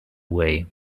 way